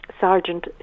Sergeant